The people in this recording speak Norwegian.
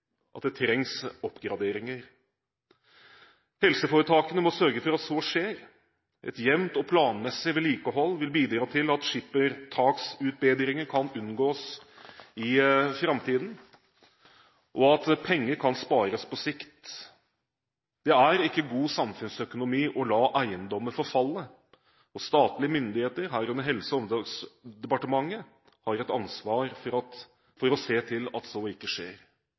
at det trengs oppgraderinger. Helseforetakene må sørge for at så skjer. Et jevnt og planmessig vedlikehold vil bidra til at skippertaksutbedringer kan unngås i framtiden, og at penger kan spares på sikt. Det er ikke god samfunnsøkonomi å la eiendommer forfalle. Statlige myndigheter, herunder Helse- og omsorgsdepartementet, har et ansvar for å se til at så ikke skjer.